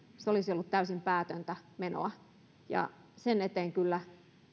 se olisi ollut täysin päätöntä menoa sen eteen kyllä